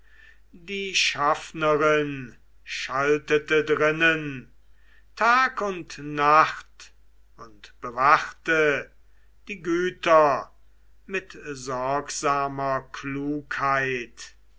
die schaffnerin schaltete drinnen tag und nacht und bewachte die güter mit sorgsamer klugheit